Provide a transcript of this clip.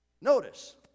Notice